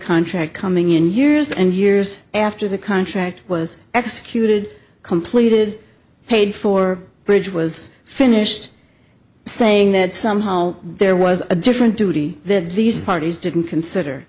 contract coming in years and years after the contract was executed completed paid for bridge was finished saying that somehow there was a different duty that these parties didn't consider